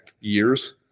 years